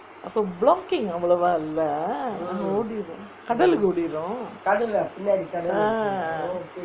அப்போ:appo blocking அவ்வளவா இல்லே ஓடிரும் கடலுக்கு ஓடிரும்:avvalavaa illae odirum kadalukku odirum ah